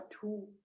two